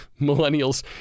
millennials